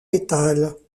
pétales